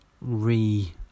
re